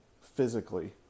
physically